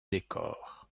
décor